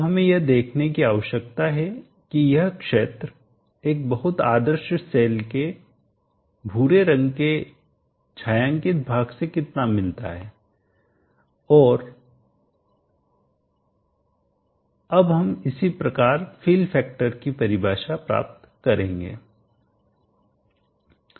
अब हमें यह देखने की आवश्यकता है कि यह क्षेत्र एक बहुत आदर्श सेल के भूरे रंग के छायांकित भाग से कितना मिलता है और अब हम इसी प्रकार फिल फैक्टर की परिभाषा प्राप्त करेंगे